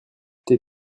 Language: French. tais